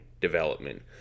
development